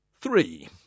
Three